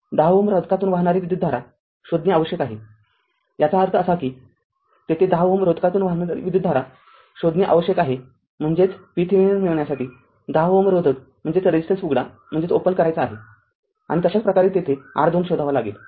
१० Ω रोधकातून वाहणारी विद्युतधारा शोधणे आवश्यक आहे याचा अर्थ असा कीयेथे १० Ω रोधकातून वाहणारी विद्युतधारा शोधणे आवश्यक आहे म्हणजेच VThevenin मिळण्यासाठी १० Ω रोधक उघडा करायचा आहे आणि तशाच प्रकारे तेथे R २ शोधावा लागेल